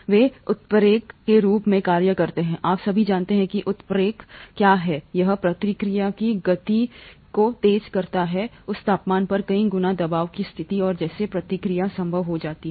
वे उत्प्रेरक के रूप में कार्य करते हैं आप सभी जानते हैं कि उत्प्रेरक क्या करता है यह प्रतिक्रिया की गति को तेज करता है उस तापमान पर कई गुना दबाव की स्थिति और जिससे प्रतिक्रिया संभव हो जाती है